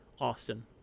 Austin